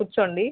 కూర్చోండి